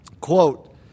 Quote